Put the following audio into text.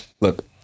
Look